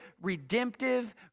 redemptive